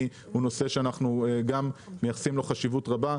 הוא נושא שאנחנו גם מייחסים לו חשיבות רבה,